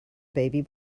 baby